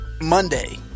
monday